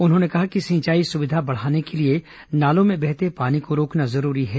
उन्होंने कहा कि सिंचाई सुविधा बढ़ाने के लिए नालों में बहते पानी को रोकना जरूरी है